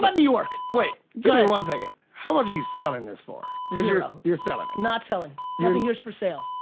but new york. wait, give me one second. how much are you selling this for? zero. you're selling it? not selling, nothing here's for sale.